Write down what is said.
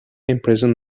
imprison